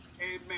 Amen